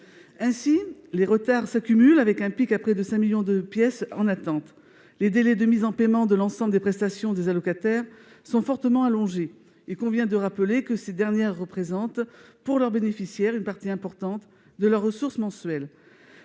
sociaux. Les retards s'accumulent, avec un pic de près de 5 millions de pièces en attente. Les délais de mise en paiement de l'ensemble des prestations des allocataires sont fortement allongés. Il convient de rappeler que ces dernières représentent, pour leurs bénéficiaires, une partie importante de leurs ressources mensuelles.